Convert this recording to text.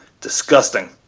disgusting